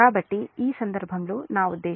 కాబట్టి ఈ సందర్భంలో నా ఉద్దేశ్యం